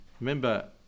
Remember